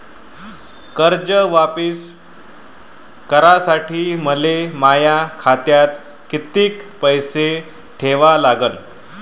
कर्ज वापिस करासाठी मले माया खात्यात कितीक पैसे ठेवा लागन?